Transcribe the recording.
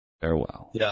Farewell